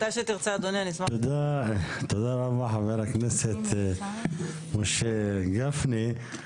תודה רבה חבר הכנסת משה גפני.